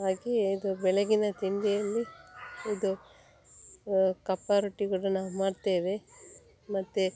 ಹಾಗೇ ಇದು ಬೆಳಗಿನ ತಿಂಡಿಯಲ್ಲಿ ಇದು ಕಪ್ಪ ರೊಟ್ಟಿ ಕೂಡ ನಾವು ಮಾಡ್ತೇವೆ ಮತ್ತು